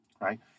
right